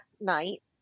night